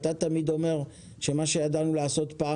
אתה תמיד אומר שמה שידענו לעשות פעם,